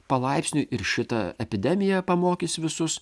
palaipsniui ir šita epidemija pamokys visus